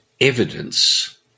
evidence